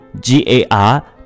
G-A-R